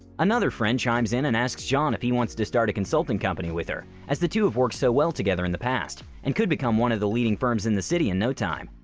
another friend chimes in and asks john if he wants to start a consulting company with her as the two have worked so well together in the past and could become one of the leading firms in the city in no time!